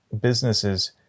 businesses